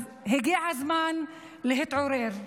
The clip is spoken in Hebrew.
אז הגיע הזמן להתעורר,